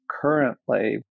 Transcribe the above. currently